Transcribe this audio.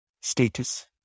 status